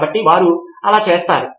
కాబట్టి వారు అలా చేస్తారు